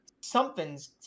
something's